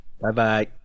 Bye-bye